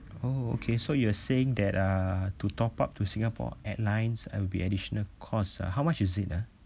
oh okay so you are saying that uh to top up to singapore airlines there'll be additional cost how much is it ah